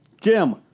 Jim